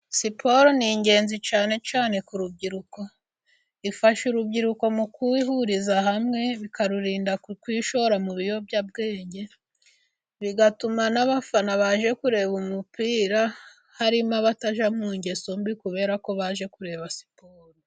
Siporo ni ingenzi cyane cyane ku rubyiruko. Ifasha urubyiruko mu kwihuriza hamwe, bikarurinda kwishora mu biyobyabwenge. Bigatuma n'abafana baje kureba umupira, harimo abatajya mu ngeso mbi kubera ko baje kureba siporo.